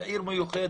זאת עיר מיוחדת.